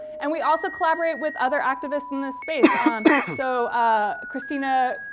and we also collaborate with other activists in this space. um so ah cristina